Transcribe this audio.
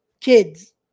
kids